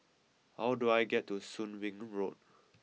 how do I get to Soon Wing Road